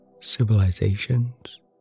civilizations